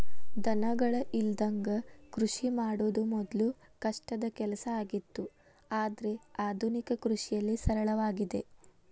ದನಗಳ ಇಲ್ಲದಂಗ ಕೃಷಿ ಮಾಡುದ ಮೊದ್ಲು ಕಷ್ಟದ ಕೆಲಸ ಆಗಿತ್ತು ಆದ್ರೆ ಆದುನಿಕ ಕೃಷಿಯಲ್ಲಿ ಸರಳವಾಗಿದೆ